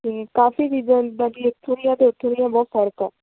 ਅਤੇ ਕਾਫੀ ਚੀਜ਼ਾਂ ਜਿੱਦਾਂ ਇੱਥੋਂ ਦੀਆਂ ਅਤੇ ਉੱਥੋਂ ਦੀਆਂ ਬਹੁਤ ਫ਼ਰਕ ਆ